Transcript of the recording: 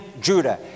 Judah